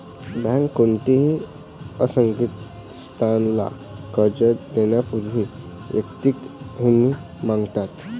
बँका कोणत्याही असंघटित संस्थेला कर्ज देण्यापूर्वी वैयक्तिक हमी मागतात